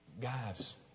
Guys